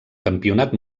campionat